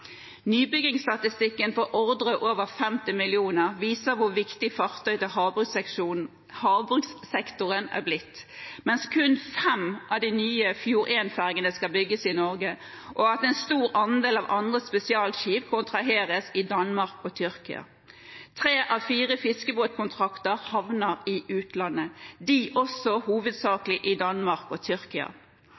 Nybyggingsstatistikken for ordrer over 50 mill. kr viser hvor viktig fartøy til havbrukssektoren er blitt, mens kun fem av de nye Fjord1-fergene skal bygges i Norge, og en stor andel av andre spesialskip kontraheres i Danmark og Tyrkia. Tre av fire fiskebåtkontrakter havner i utlandet – også de hovedsakelig i Danmark og Tyrkia.